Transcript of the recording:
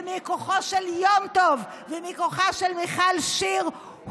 ומכוחו של יום טוב ומכוחה של מיכל שיר.